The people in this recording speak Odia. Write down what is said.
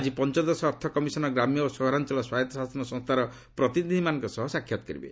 ଆଜି ପଞ୍ଚଦଶ ଅର୍ଥ କମିଶନ୍ ଗ୍ରାମ୍ୟ ଓ ସହରାଞ୍ଚଳ ସ୍ୱାୟତ୍ତ ଶାସନ ସଂସ୍ଥାର ପ୍ରତିନିଧିମାନଙ୍କ ସହ ସାକ୍ଷାତ୍ କରିବେ